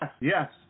yes